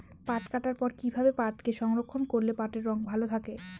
পাট কাটার পর কি ভাবে পাটকে সংরক্ষন করলে পাটের রং ভালো থাকে?